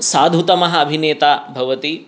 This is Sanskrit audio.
साधुतमः अभिनेता भवति